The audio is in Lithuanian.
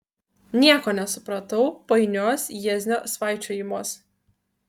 nieko nesupratau painiuos jieznio svaičiojimuos